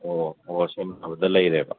ꯑꯣ ꯑꯣ ꯁꯤꯟ ꯐꯕꯗ ꯂꯩꯔꯦꯕ